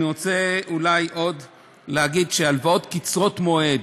אני רוצה אולי להגיד עוד שהלוואות קצרות מועד,